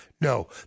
No